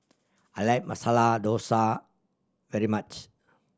I like Masala Dosa very much